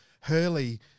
Hurley